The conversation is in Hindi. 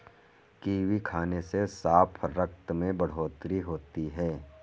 कीवी खाने से साफ रक्त में बढ़ोतरी होती है